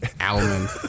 Almond